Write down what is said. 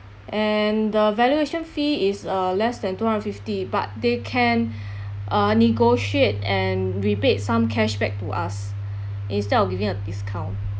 and the valuation fee is uh less than two hundred fifty but they can uh negotiate and rebate some cashback to us instead of giving a discount